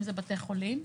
אם זה בתי חולים,